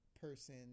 person